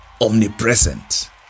omnipresent